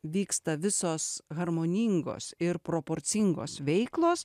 vyksta visos harmoningos ir proporcingos veiklos